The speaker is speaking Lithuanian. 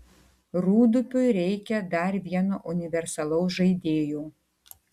rūdupiui reikia dar vieno universalaus žaidėjo